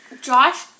josh